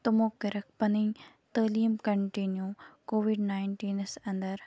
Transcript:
تِمو کٔرٕکھ پَننۍ تعلیم کَنٹِنیو کووِڑ ناینٹیٖنس اندر